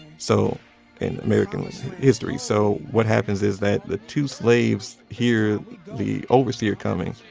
so in american history. so what happens is that the two slaves hear the overseer coming,